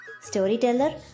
Storyteller